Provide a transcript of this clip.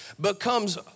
becomes